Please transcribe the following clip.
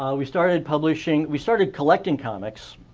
um we started publishing we started collecting comics.